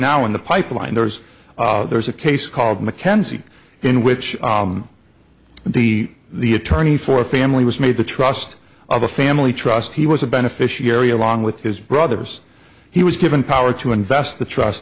now in the pipeline there's there's a case called mckenzie in which the the attorney for the family was made the trust of a family trust he was a beneficiary along with his brothers he was given power to invest the trust